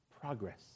progress